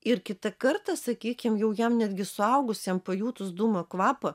ir kitą kartą sakykim jau jam netgi suaugusiam pajutus dūmų kvapą